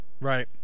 right